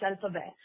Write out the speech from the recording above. self-aware